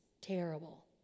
terrible